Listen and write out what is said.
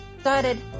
started